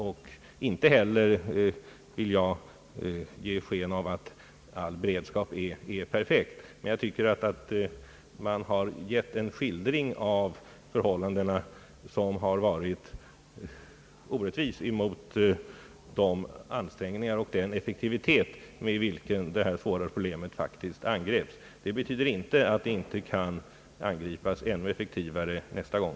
Jag vill inte heller ge sken av att all beredskap är perfekt, men jag tycker att det här har getts en skildring av förhållandena som har varit mycket orättvis mot de ansträngningar och den effektivitet som visats när detta svåra problem faktiskt angreps. Det betyder inte att problemet inte kan angripas ännu effektivare nästa gång.